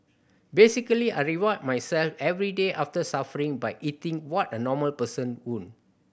basically I reward myself every day after suffering by eating what a normal person would